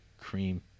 cream